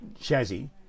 chassis